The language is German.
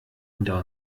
hinter